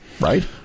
right